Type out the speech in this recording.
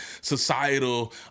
societal